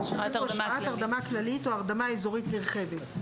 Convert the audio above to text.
"בהשראת הרדמה כללית או הרדמה אזורית נרחבת".